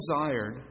desired